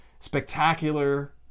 spectacular